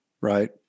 right